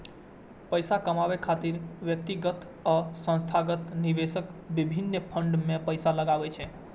पैसा कमाबै खातिर व्यक्तिगत आ संस्थागत निवेशक विभिन्न फंड मे पैसा लगबै छै